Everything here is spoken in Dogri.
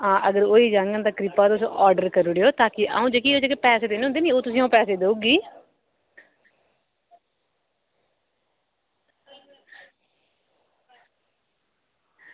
हां अगर होई जाङन ते कृपा तुस आर्डर करी ओड़ेओ ताकि अं'ऊ जेह्के एह् पैसे देने होंदे निं ओह् अ'ऊं तुसेंई पैसे देई ओड़गी